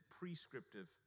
prescriptive